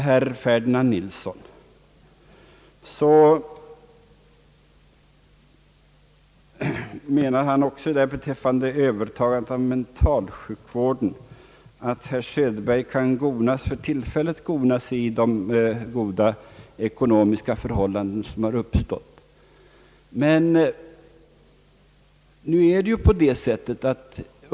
Herr Ferdinand Nilsson menar beträffande övertagandet av mentalsjukvården att »herr Söderberg kan för tillfället gona sig åt de goda ekonomiska förhållanden som har uppstått».